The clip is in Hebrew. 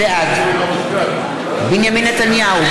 בעד בנימין נתניהו,